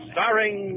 Starring